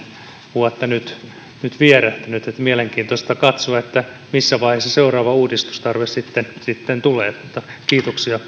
vuotta nyt nyt vierähtänyt että on mielenkiintoista katsoa missä vaiheessa seuraava uudistustarve sitten sitten tulee kiitoksia